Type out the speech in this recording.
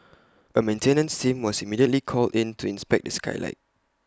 A maintenance team was immediately called in to inspect the skylight